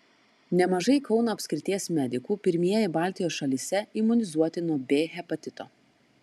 nemažai kauno apskrities medikų pirmieji baltijos šalyse imunizuoti nuo b hepatito